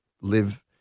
live